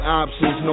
options